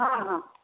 हँ हँ